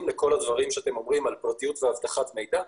לכל הדברים שאתם אומרים על פרטיות ואבטחת מידע?